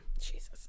Jesus